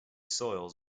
soils